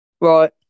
Right